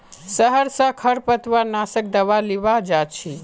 शहर स खरपतवार नाशक दावा लीबा जा छि